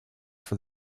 for